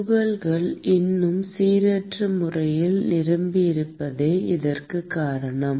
துகள்கள் இன்னும் சீரற்ற முறையில் நிரம்பியிருப்பதே இதற்குக் காரணம்